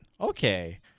okay